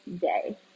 day